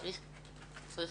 צריך